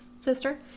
sister